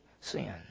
sin